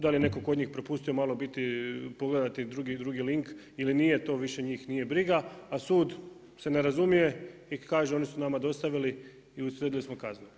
Da li je netko kod njih propustio malo biti pogledati drugi link ili nije, to više njih nije briga, a sud se ne razumije i kaže oni su nama dostavili i uslijedi smo kaznu.